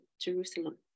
Jerusalem